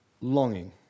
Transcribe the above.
longing